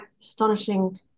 astonishing